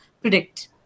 predict